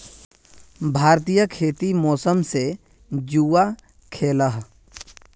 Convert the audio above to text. भारतीय खेती मौसम से जुआ खेलाह